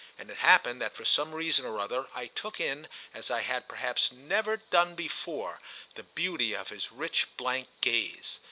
and it happened that for some reason or other i took in as i had perhaps never done before the beauty of his rich blank gaze.